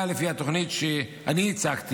לפי התוכנית שאני הצגתי,